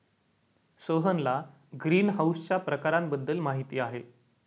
सोहनला ग्रीनहाऊसच्या प्रकारांबद्दल माहिती आहे